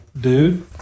Dude